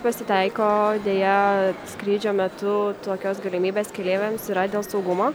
pasitaiko deja skrydžio metu tokios galimybės keleiviams yra dėl saugumo